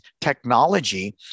technology